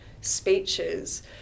speeches